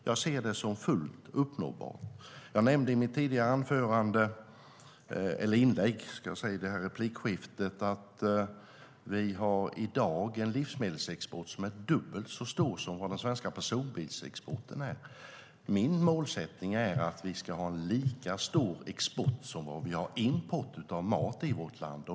Jag ser det som fullt uppnåbart. Jag nämnde i mitt tidigare inlägg i replikskiftet att vi i dag har en livsmedelsexport som är dubbelt så stor som den svenska personbilsexporten. Min målsättning är att vi ska ha en lika stor export som import av mat i vårt land.